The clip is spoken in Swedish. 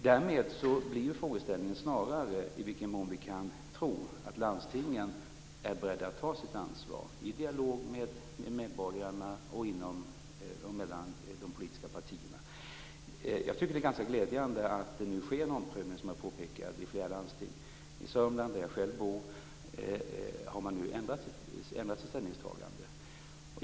Därmed blir frågeställningen snarare i vilken mån vi kan tro att landstingen är beredda att ta sitt ansvar i dialog med medborgarna och mellan de politiska partierna. Jag tycker att det är ganska glädjande att det nu sker en omprövning, som jag har påpekat, i flera landsting. I Sörmland, där jag själv bor, har man nu ändrat sitt ställningstagande.